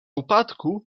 upadku